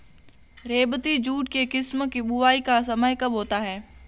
रेबती jute के किस्म की बुवाई का समय कब होता है?